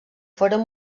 foren